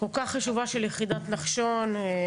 הכול כך חשובה של יחידת נחשון.